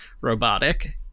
robotic